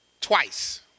twice